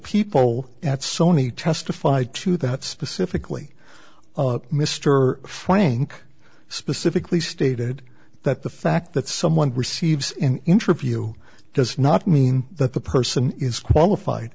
people at sony testified to that specifically mr frank specifically stated that the fact that someone receives an interview does not mean that the person is qualified